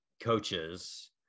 coaches